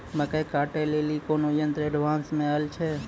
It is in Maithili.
मकई कांटे ले ली कोनो यंत्र एडवांस मे अल छ?